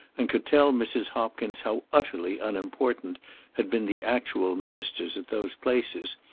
and could tell mrs. hopkins how utterly unimportant had been the actual ministers at those places,